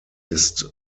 ist